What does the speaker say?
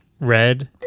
Red